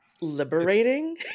liberating